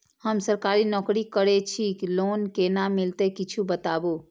हम सरकारी नौकरी करै छी लोन केना मिलते कीछ बताबु?